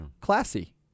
classy